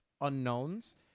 unknowns